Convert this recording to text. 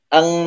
Ang